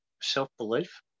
self-belief